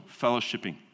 fellowshipping